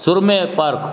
सुरमे park